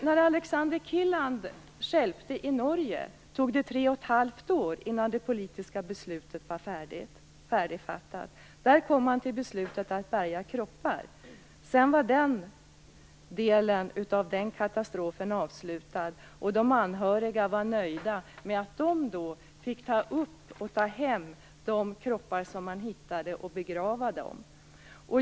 När Alexander Kielland stjälpte i Norge tog det tre och ett halvt år innan det politiska beslutet var färdigfattat. Där kom man till beslutet att bärga kroppar. Sedan var den delen av katastrofen avslutad. De anhöriga var nöjda med att de fick ta upp och ta hem de kroppar som man hittade och begrava dem.